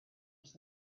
was